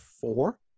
four